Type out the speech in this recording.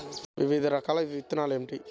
వివిధ రకాల విత్తనాలు ఏమిటి?